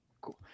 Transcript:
Cool